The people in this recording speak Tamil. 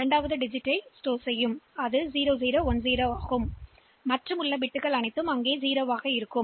எனவே அது 0 0 1 0 மற்றும் மீதமுள்ள பிட்கள் 0 ஆகும்